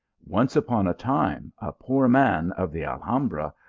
once upon a time, a poor man of the alhambra,